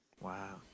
Wow